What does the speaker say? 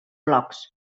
blogs